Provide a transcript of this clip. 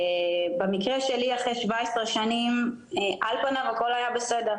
במקרה שלי לאחר כ-17 שנים על פניו הכל היה בסדר,